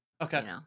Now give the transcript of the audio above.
Okay